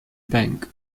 bank